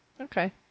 Okay